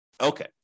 Okay